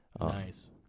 Nice